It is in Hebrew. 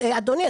אדוני,